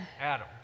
adam